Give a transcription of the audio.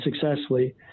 successfully